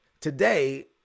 today